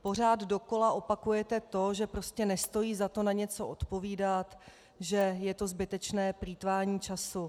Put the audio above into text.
Pořád dokola opakujete to, že prostě nestojí za to na něco odpovídat, že je to zbytečné plýtvání času.